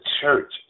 church